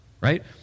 right